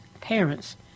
parents